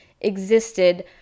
existed